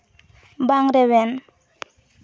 ᱵᱟᱝ ᱨᱮᱵᱮᱱ